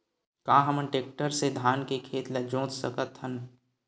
का हमन टेक्टर से धान के खेत ल जोत सकथन?